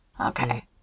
Okay